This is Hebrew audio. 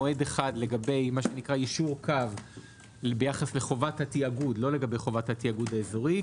מועד אחד לגבי יישור קו ביחס לחובת התאגוד לא חובת התאגוד האזורי,